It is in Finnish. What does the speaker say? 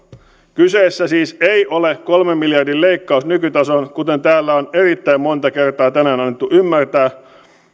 kyseessä siis ei ole kolmen miljardin leikkaus nykytasoon kuten täällä on erittäin monta kertaa tänään annettu ymmärtää